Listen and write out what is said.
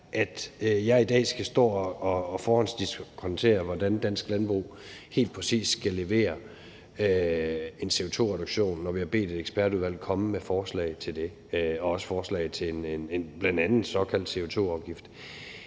dag skal stå og foruddiskontere, hvordan dansk landbrug helt præcis skal levere en CO2-reduktion, når vi har bedt et ekspertudvalg om at komme med forslag til det – også forslag til en CO2-afgift.